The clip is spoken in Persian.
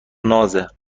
نازه